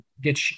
get